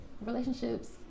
Relationships